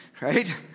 right